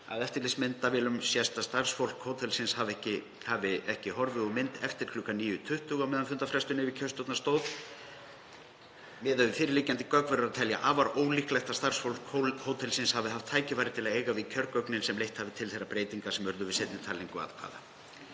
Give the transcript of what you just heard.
Á eftirlitsmyndavélum sést að starfsfólk hótelsins hafi ekki horfið úr mynd eftir kl. 9.20 á meðan fundarfrestun yfirkjörstjórnar stóð yfir. Miðað við fyrirliggjandi gögn verður að telja afar ólíklegt að starfsfólk hótelsins hafi haft tækifæri til þess að eiga við kjörgögnin sem leitt hafi til þeirra breytinga sem urðu við seinni talningu atkvæða.